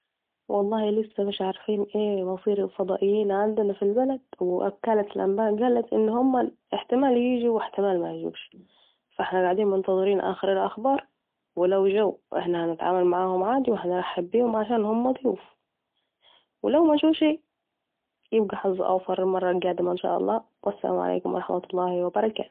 والله لسه مش عارفين ايه مصير الفضائيين عندنا في البلد ، و مالة الانباء قالت إن هما احتمال يجو واحتمال لأ ، بس لو جو احنا هنرحب بيهم علشان اكرام الضيف واجب ، مجوش يبقي حظ اوفر المره القادمه أن شاء الله والسلام عليكم ورحمة الله وبركاته